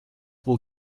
will